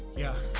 yeah,